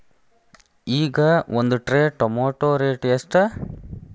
ಈಗ ಒಂದ್ tray tomato rate ಎಷ್ಟ?